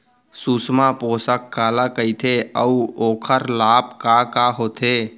सुषमा पोसक काला कइथे अऊ ओखर लाभ का का होथे?